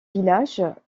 village